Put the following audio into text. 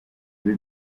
ibi